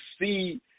see